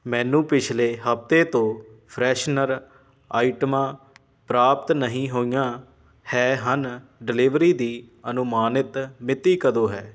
ਮੈਨੂੰ ਪਿਛਲੇ ਹਫ਼ਤੇ ਤੋਂ ਫਰੈਸ਼ਨਰ ਆਈਟਮਾਂ ਪ੍ਰਾਪਤ ਨਹੀਂ ਹੋਈਆਂ ਹੈ ਹਨ ਡਿਲੀਵਰੀ ਦੀ ਅਨੁਮਾਨਿਤ ਮਿਤੀ ਕਦੋਂ ਹੈ